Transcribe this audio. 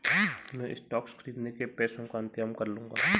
मैं स्टॉक्स खरीदने के पैसों का इंतजाम कर लूंगा